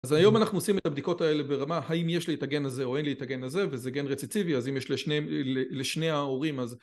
אז היום אנחנו עושים את הבדיקות האלה ברמה האם יש לי את הגן הזה או אין לי את הגן הזה וזה גן רציסיבי אז אם יש לשני ההורים אז